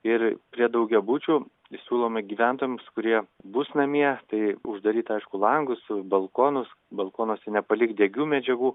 ir prie daugiabučių siūlome gyventojams kurie bus namie tai uždaryt aišku langus balkonus balkonuose nepalikt degių medžiagų